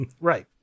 Right